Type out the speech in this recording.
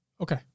Okay